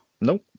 Nope